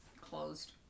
closed